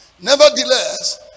Nevertheless